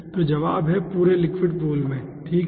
तो जवाब है पूरे लिक्विड पूल में ठीक है